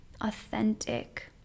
authentic